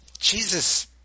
Jesus